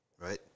right